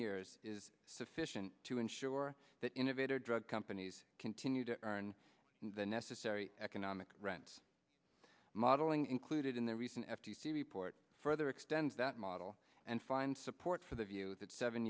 years is sufficient to ensure that innovator drug companies continue to learn the necessary economic rent modeling included in the recent f t c report further extend that model and find support for the view that seven